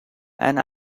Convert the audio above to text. and